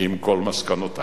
עם כל מסקנותיו.